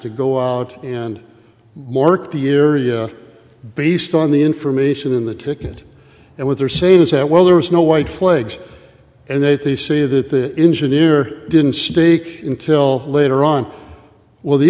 to go out and mark the area based on the information in the ticket and what they're saying is that while there was no white flags and that they say that the engineer didn't stake in till later on well the